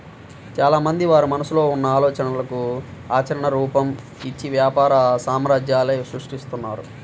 చాలామంది వారి మనసులో ఉన్న ఆలోచనలకు ఆచరణ రూపం, ఇచ్చి వ్యాపార సామ్రాజ్యాలనే సృష్టిస్తున్నారు